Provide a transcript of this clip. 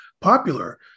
popular